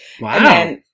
Wow